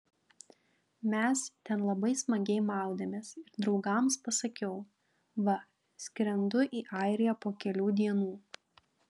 mes ten labai smagiai maudėmės ir draugams pasakiau va skrendu į airiją po kelių dienų